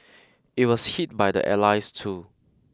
it was hit by the allies too